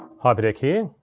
hyperdeck here.